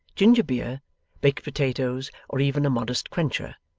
ginger-beer, baked potatoes, or even a modest quencher,